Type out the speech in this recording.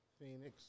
Phoenix